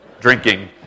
drinking